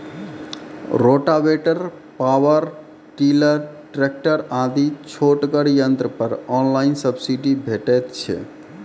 Rotavator, power tiller, tractor आदि छोटगर यंत्र पर ऑनलाइन सब्सिडी भेटैत छै?